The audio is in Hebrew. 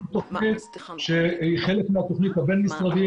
יש לנו תכנית שהיא חלק מהתכנית הבן משרדית,